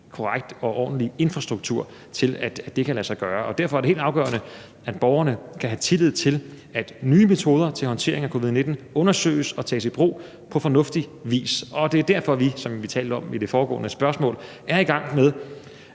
korrekt og ordentlig infrastruktur til, at det kan lade sig gøre. Derfor er det helt afgørende, at borgerne kan have tillid til, at nye metoder til håndtering af covid-19 undersøges og tages i brug på fornuftig vis. Det er derfor, at vi, som vi talte om i det foregående spørgsmål, er i gang med